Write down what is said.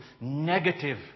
negative